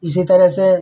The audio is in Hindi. इसी तरह से